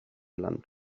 land